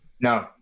No